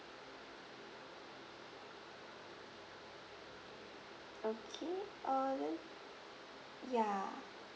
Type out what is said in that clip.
okay uh ya